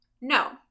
No